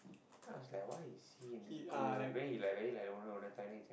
the I was like why is he in this group then he like very like loner loner type